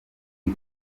iyi